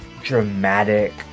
dramatic